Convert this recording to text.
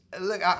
look